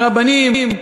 הרבנים,